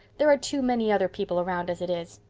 there are too many other people around as it is.